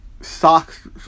socks